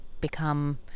become